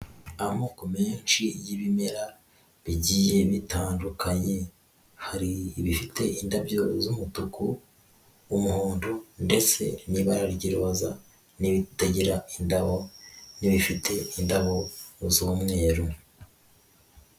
Amoko menshi y'ibimera bigiye bitandukanye, hari ibifite indabyo z'umutuku, umuhondo ndetse n'ibara ry'iroza n'ibitagira indabo n'ibifite indabo z'umweru.